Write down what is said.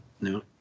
no